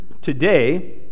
Today